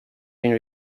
been